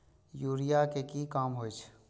Urea के की काम होई छै?